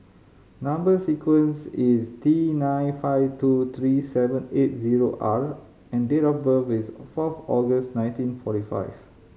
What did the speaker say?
number sequence is T nine five two three seven eight zero R and date of birth is fourth August nineteen forty five